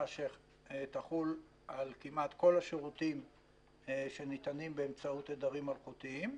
שתחול כמעט על כל השירותים שניתנים באמצעות תדרי רדיו אלחוטיים.